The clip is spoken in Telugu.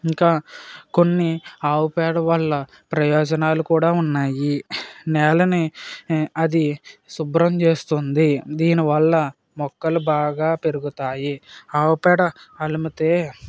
ఇంకా కొన్ని ఆవుపేడ వల్ల ప్రయోజనాలు కూడా ఉన్నాయి నేలని అది శుభ్రం చేస్తుంది దీని వల్ల మొక్కలు బాగా పెరుగుతాయి ఆవుపేడ అలముతే